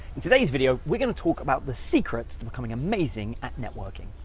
in today's video, we're gonna talk about the secrets to becoming amazing at networking.